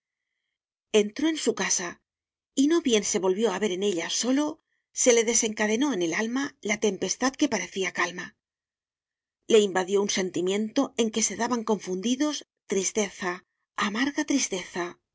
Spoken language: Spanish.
entró en su casa y no bien se volvió a ver en ella solo se le desencadenó en el alma la tempestad que parecía calma le invadió un sentimiento en que se daban confundidos tristeza amarga tristeza